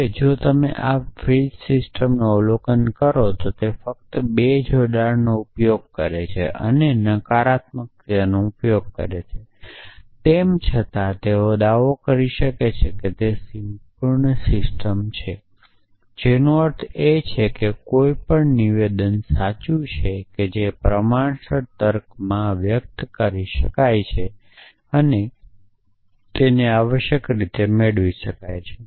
હવે જો તમે આ ફ્રીજ સિસ્ટમનું અવલોકન કરો છો તો તે ફક્ત બે જોડાણોનો ઉપયોગ કરે છે અને નકારાત્મકતાનો ઉપયોગ કરે છે અને તેમ છતાં તેઓ દાવો કરી શકે છે કે સિસ્ટમ પૂર્ણ છે જેનો અર્થ એ છે કે કોઈ પણ સાચું નિવેદન જે પ્રમાણસર તર્ક માં વ્યક્ત કરી શકે છે તે આવશ્યક રીતે મેળવી શકાય છે